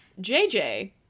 JJ